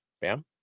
Bam